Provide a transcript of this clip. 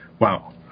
Wow